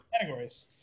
categories